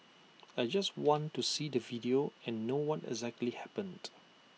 I just want to see the video and know what exactly happened